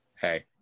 hey